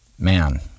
Man